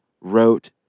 wrote